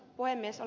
olen ed